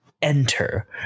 enter